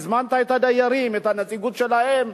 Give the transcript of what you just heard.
הזמנת את הדיירים, את הנציגות שלהם.